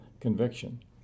conviction